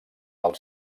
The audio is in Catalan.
als